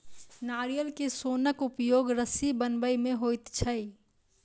नारियल के सोनक उपयोग रस्सी बनबय मे होइत छै